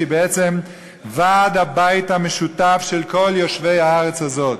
שהיא בעצם ועד-הבית המשותף של כל יושבי הארץ הזאת.